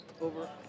over